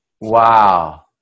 Wow